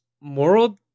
moral